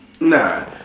Nah